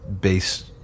base